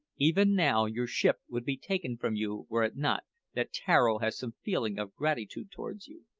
even now your ship would be taken from you were it not that tararo has some feeling of gratitude towards you.